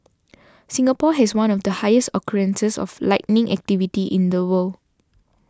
Singapore has one of the highest occurrences of lightning activity in the world